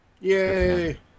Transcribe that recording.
Yay